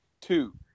two